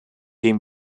dem